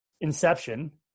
inception